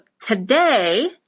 today